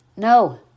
No